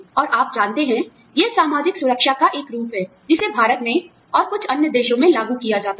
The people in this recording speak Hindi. और आप जानते हैं यह सामाजिक सुरक्षा का एक रूप है जिसे भारत में और कुछ अन्य देशों में लागू किया जाता है